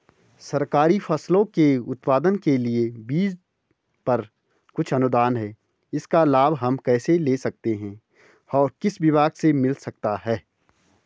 सरकारी फसलों के उत्पादन के लिए बीज पर कुछ अनुदान है इसका लाभ हम कैसे ले सकते हैं और किस विभाग से मिल सकता है?